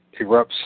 erupts